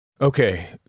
Okay